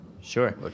Sure